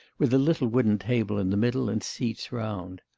with a little wooden table in the middle, and seats round.